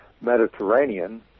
Mediterranean